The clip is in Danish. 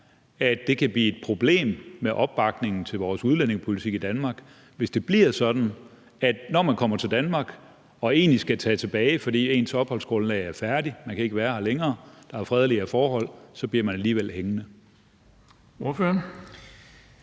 at det kan blive et problem med opbakningen til vores udlændingepolitik i Danmark, hvis det bliver sådan, at når man kommer til Danmark og egentlig skal tage tilbage, fordi ens opholdsgrundlag er færdigt – man kan ikke være her længere; der er fredeligere forhold – så bliver man alligevel hængende?